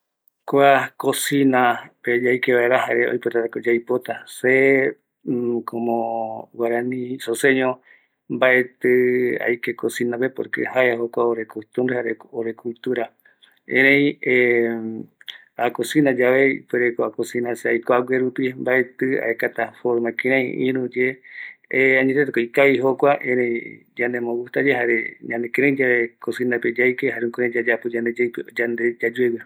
Kua cosinape yaique vaera jare oipotatako yaipota, se como guarani isoceño, mbati aike cosinape, por que jaea jokua orecostumbre jare orecultura, erei aco cinayave ipuereko acocina aikuague rupi, mbatï aekata ïru ye añetëtëko ikaviko jokua, erei yandembo gusta yave, jare ñanekïreï yave jaike jare jukuraï yayapï yayapo yande yePipe yande yayuegue.